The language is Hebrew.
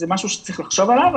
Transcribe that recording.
זה משהו שצריך לחשוב עליו.